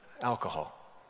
alcohol